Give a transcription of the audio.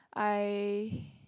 I